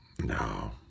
no